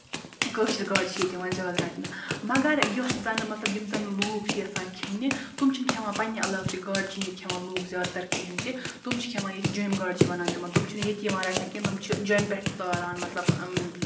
کٲشِر گاڈٕ چھِ ییٚتہِ یِوان رَٹنہٕ مَگر یۄس زَن مطلب یِم زَن لُکھ چھِ یَژھان کھیٚنہِ تِم چھِنہٕ کھیٚوان پَنٕنہِ علاقہٕ چہِ گاڈٕ چھِنہٕ ییٚتہِ کھیٚوان لُکھ زیادٕ تَر کِہیٖنۍ تہِ تِم چھِ کھیٚوان ییٚتہِ جیٚمۍ گاڈٕ چھِ وَنان تِمَن تِم چھِنہٕ ییٚتہِ یِوان رَٹنہٕ کیٚنہہ تِم چھِ جۄمہِ پٮ۪ٹھ تاران مطلب اۭں